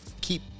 keep